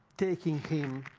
taking him,